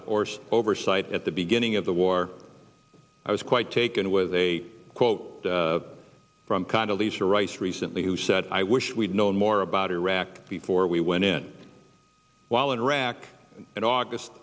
of course oversight at the beginning of the war i was quite taken with a quote from kind of these are rice recently who said i wish we'd known more about iraq before we went in while in iraq in august